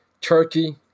Turkey